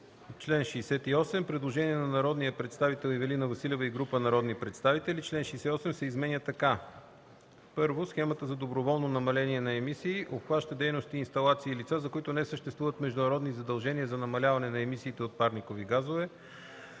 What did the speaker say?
чл. 68 има предложение от Ивелина Василева и група народни представители. „Член 68 се изменя така: “(1) Схемата за доброволно намаление на емисии (СДНЕ) обхваща дейности, инсталации и лица, за които не съществуват международни задължения за намаляване на емисиите от парникови газове.